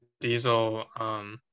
diesel